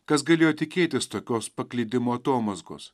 kas galėjo tikėtis tokios paklydimo atomazgos